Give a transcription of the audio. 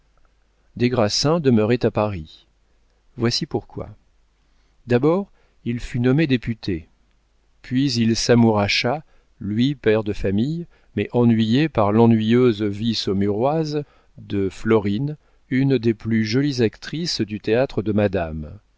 des grassins demeurait à paris voici pourquoi d'abord il fut nommé député puis il s'amouracha lui père de famille mais ennuyé par l'ennuyeuse vie saumuroise de florine une des plus jolies actrices du théâtre de madame